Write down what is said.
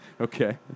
Okay